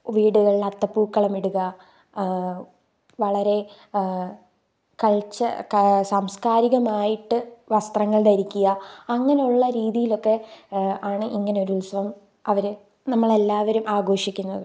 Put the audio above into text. വീടുകളിൽ അത്തപൂക്കളമിടുക വളരെ കൾച്ചർ സാംസ്കാരികമായിട്ട് വസ്ത്രങ്ങൾ ധരിക്കുക അങ്ങനെയുള്ള രീതിയിലൊക്കെ ആണ് ഇങ്ങനെ ഒരു ഉത്സവം അവർ നമ്മളെല്ലാവരും ആഘോഷിക്കുന്നത്